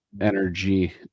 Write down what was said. energy